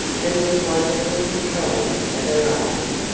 and with wonderful control of her eyes.